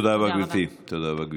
תודה רבה.